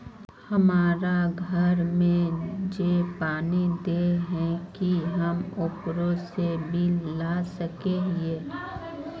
हमरा घर में जे पानी दे है की हम ओकरो से बिल ला सके हिये?